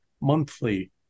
monthly